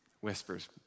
whispers